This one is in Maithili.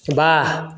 वाह